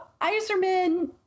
Iserman